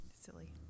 silly